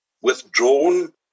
withdrawn